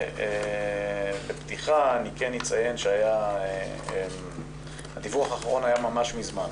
אלייך ובפתיחה אני אציין שהדיווח האחרון היה ממש מזמן,